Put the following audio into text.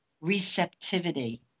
receptivity